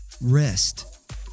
Rest